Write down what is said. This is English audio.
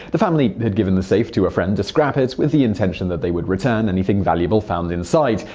the family had given the safe to a friend to scrap it, with the intention that they would return anything valuable found inside.